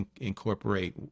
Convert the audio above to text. incorporate